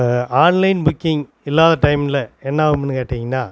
இப்போ online booking இல்லாத டைமில் என்னாகும்ன்னு கேட்டிங்கன்னால்